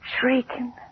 shrieking